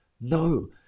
no